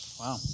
Wow